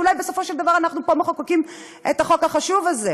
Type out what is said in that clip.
שאולי בסופו של דבר אנחנו פה מחוקקים את החוק החשוב הזה,